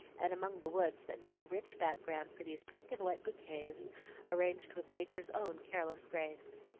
and among the woods that made a rich background for these pink and white bouquets arranged with nature's own careless grace.